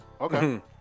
Okay